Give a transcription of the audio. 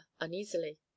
uneasily